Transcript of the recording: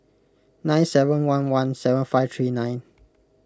nine seven one one seven five three nine